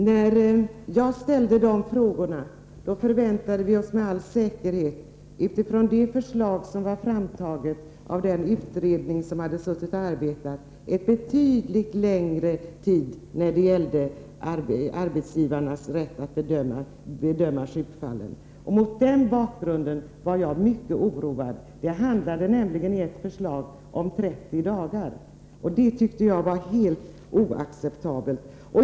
Herr talman! När jag ställde de frågorna hade vi — utifrån det förslag som var framtaget av den utredning som då arbetat — med all säkerhet att räkna med en betydligt längre tid när det gällde arbetsgivarens rätt att bedöma sjukfallen. Mot den bakgrunden var jag mycket oroad. Ett förslag handlade nämligen om 30 dagar, och det tyckte jag var helt oacceptabelt.